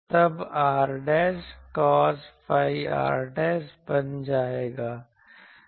तब r cos phi r' बन जाएगा